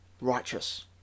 righteous